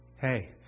hey